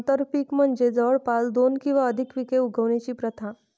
आंतरपीक म्हणजे जवळपास दोन किंवा अधिक पिके उगवण्याची प्रथा